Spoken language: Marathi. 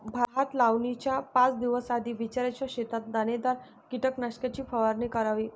भात लावणीच्या पाच दिवस आधी बिचऱ्याच्या शेतात दाणेदार कीटकनाशकाची फवारणी करावी